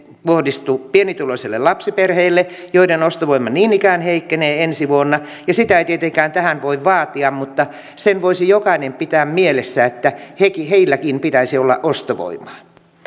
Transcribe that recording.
kohdistu pienituloisille lapsiperheille joiden ostovoima niin ikään heikkenee ensi vuonna ja sitä ei tietenkään tähän voi vaatia mutta sen voisi jokainen pitää mielessään että heilläkin pitäisi olla ostovoimaa